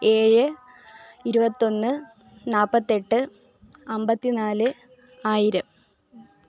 ഏഴ് ഇരുപത്തൊന്ന് നാൽപ്പത്തെട്ട് അമ്പത്തിനാല് ആയിരം